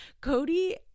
Cody